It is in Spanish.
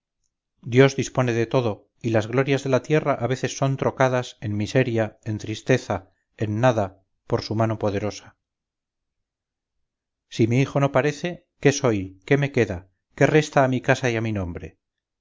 dios dispone de todo y las glorias de la tierra a veces son trocadas en miseria en tristeza en nada por su mano poderosa si mi hijo no parece qué soy qué me queda qué resta a mi casa y a mi nombre